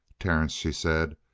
terence, she said,